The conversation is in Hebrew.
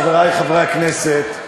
חברי חברי הכנסת,